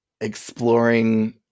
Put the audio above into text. exploring